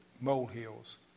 molehills